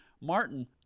Martin